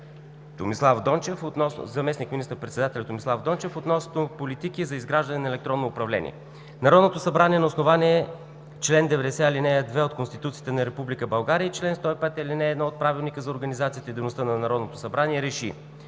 Вигенин към заместник министър-председателя Томислав Дончев относно политика за изграждане на електронно управление Народното събрание на основание чл. 90, ал. 2 от Конституцията на Република България и чл. 105, ал. 1 от Правилника за организацията и дейността на Народното събрание